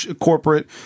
corporate